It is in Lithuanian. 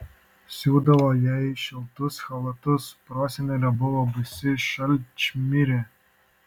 siūdavo jai šiltus chalatus prosenelė buvo baisi šalčmirė